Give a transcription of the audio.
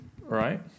right